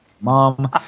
Mom